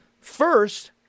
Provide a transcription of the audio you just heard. First